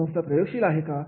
संस्था प्रयोगशील आहे का